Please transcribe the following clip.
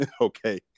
Okay